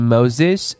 Moses